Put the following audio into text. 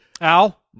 al